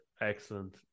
excellent